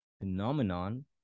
phenomenon